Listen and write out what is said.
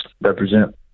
represent